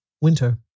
winter